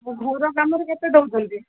ଘର କାମରେ କେତେ ଦେଉଛନ୍ତି